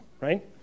right